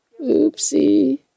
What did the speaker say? Oopsie